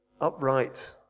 upright